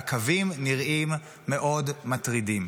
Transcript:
והקווים נראים מאוד מטרידים.